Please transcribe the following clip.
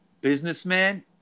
businessman